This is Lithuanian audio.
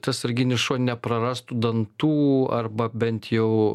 tas sarginis šuo neprarastų dantų arba bent jau